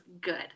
good